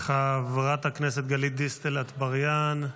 חברת הכנסת גלית דיסטל אטבריאן,